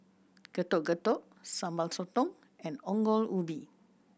Getuk Getuk Sambal Sotong and Ongol Ubi